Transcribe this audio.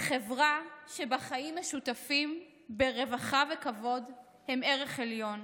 חברה שבה חיים משותפים ברווחה ובכבוד הם ערך עליון.